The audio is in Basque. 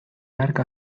hark